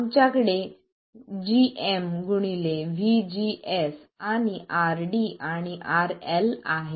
आमच्याकडे gm vGS आणि RD आणि RL आहे